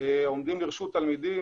עומדים לרשות תלמידים,